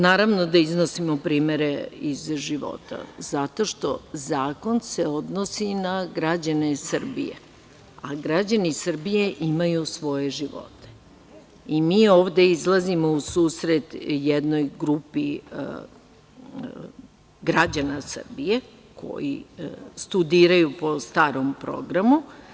Naravno da iznosimo primere iz života, zato što se zakon odnosi na građane Srbije, a građani Srbije imaju svoje živote, i mi ovde izlazimo u susret jednoj grupi građana Srbije koji studiraju po starom programu.